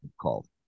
called